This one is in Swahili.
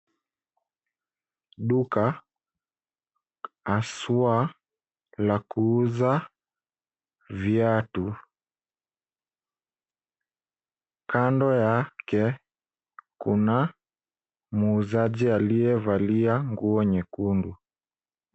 Duka aswa la kuuza viatu, kando yake kuna muuzaji aliyevalia nguo nyekundu.